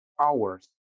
hours